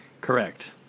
Correct